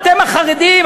אתם החרדים,